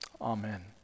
amen